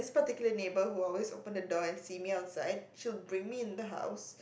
particular neighbour who always open the door and see me outside she'll bring me in the house